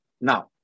now